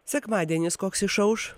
sekmadienis koks išauš